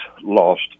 lost